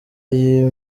y’i